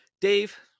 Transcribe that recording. Dave